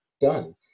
done